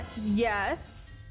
Yes